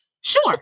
Sure